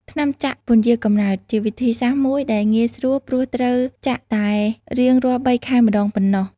ថ្នាំចាក់ពន្យារកំណើត ជាវិធីសាស្ត្រមួយដែលងាយស្រួល ព្រោះត្រូវចាក់តែរៀងរាល់ ៣ ខែម្តងប៉ុណ្ណោះ។